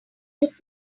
took